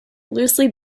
loosely